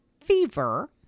fever